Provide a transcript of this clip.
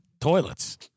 toilets